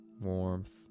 warmth